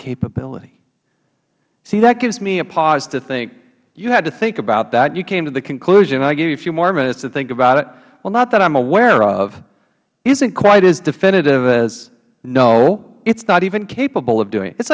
capability see that gives me a pause to think you had to think about that and you came to the conclusion when i gave you a few more minutes to think about it well not that i am aware of isn't quite definitive as no it is not even capable of doing it